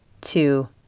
two